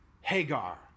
Hagar